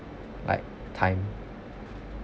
like time